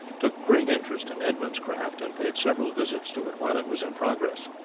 took great interest in edmund's craft and paid several visits to it while it was in progress.